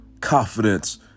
confidence